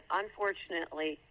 unfortunately